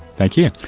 thank you.